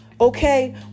okay